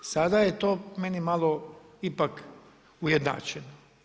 Sada je to meni malo ipak ujednačeno.